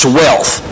wealth